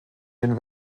den